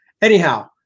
Anyhow